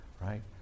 right